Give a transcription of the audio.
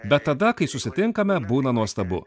bet tada kai susitinkame būna nuostabu